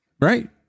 right